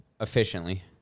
efficiently